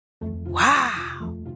Wow